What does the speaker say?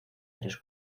tres